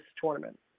tournament